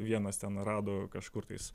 vienas ten rado kažkur tais